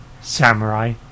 samurai